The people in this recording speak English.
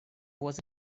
was